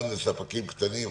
גם לספקים קטנים,